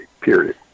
period